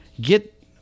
get